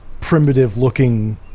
primitive-looking